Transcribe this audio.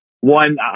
one